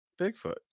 Bigfoot